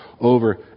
over